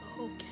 okay